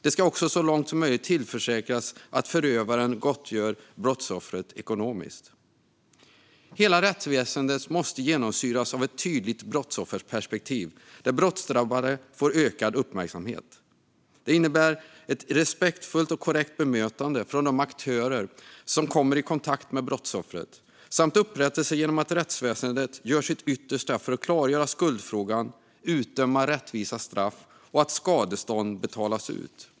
Det ska också så långt som möjligt tillförsäkras att förövaren gottgör brottsoffret ekonomiskt. Hela rättsväsendet måste genomsyras av ett tydligt brottsofferperspektiv där brottsdrabbade får ökad uppmärksamhet. Det innebär ett respektfullt och korrekt bemötande från de aktörer som kommer i kontakt med brottsoffret och upprättelse genom att rättsväsendet gör sitt yttersta för att klargöra skuldfrågan, utdöma rättvisa straff och att skadestånd betalas ut.